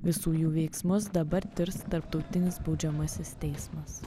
visų jų veiksmus dabar tirs tarptautinis baudžiamasis teismas